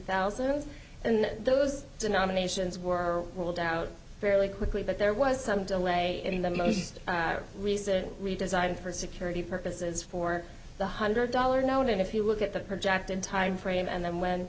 thousand and those denominations were pulled out fairly quickly but there was some delay in the most recent redesign for security purposes for the hundred dollars now and if you look at the projected timeframe and then when